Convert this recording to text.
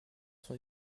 sont